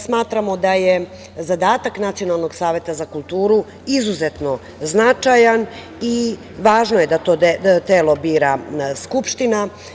Smatramo da je zadatak Nacionalnog saveta za kulturu izuzetno značajan i važno je da to telo bira Skupština.